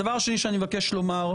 הדבר השני שאני מבקש לומר,